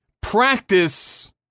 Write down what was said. practice